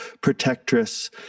protectress